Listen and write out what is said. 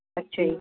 ਅੱਛਾ ਜੀ